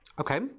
Okay